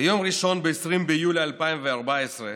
ביום ראשון, 20 ביולי 2014,